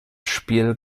spiel